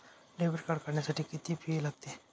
Debit card काढण्यासाठी किती fee लागते?